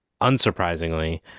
unsurprisingly